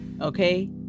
okay